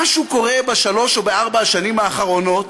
משהו קורה בשלוש או בארבע השנים האחרונות,